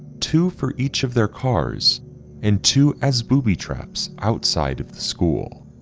two for each of their cars and two as booby traps outside of the school.